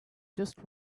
just